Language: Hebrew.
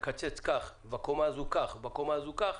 לקצץ כך, בקומה הזו כך ובקומה הזו כך,